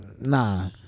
nah